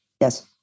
Yes